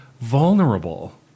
vulnerable